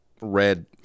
red